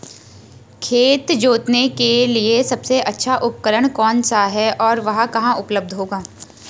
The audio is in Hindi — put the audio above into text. खेत जोतने के लिए सबसे अच्छा उपकरण कौन सा है और वह कहाँ उपलब्ध होगा?